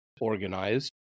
organized